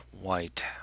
white